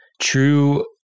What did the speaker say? true